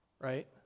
right